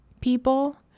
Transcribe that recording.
people